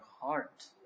heart